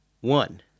one